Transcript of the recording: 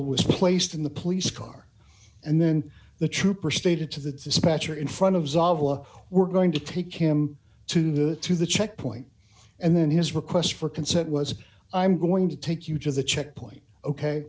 was placed in the police car and then the trooper stated to the dispatcher in front of zavala we're going to take him to the to the checkpoint and then his request for consent was i'm going to take you to the checkpoint ok